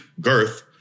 girth